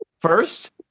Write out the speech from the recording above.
First